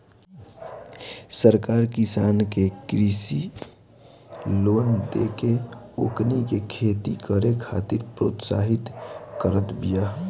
सरकार किसान के कृषि लोन देके ओकनी के खेती करे खातिर प्रोत्साहित करत बिया